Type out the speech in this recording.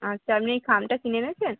আচ্ছা আপনি ওই খামটা কিনে এনেছেন